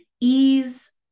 ease